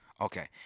Okay